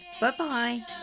Bye-bye